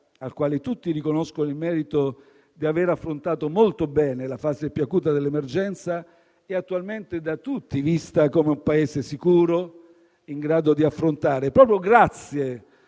alla quale tutti riconoscono il merito di aver affrontato molto bene la fase più acuta dell'emergenza, è attualmente da tutti vista come un Paese sicuro in grado di affrontare, proprio grazie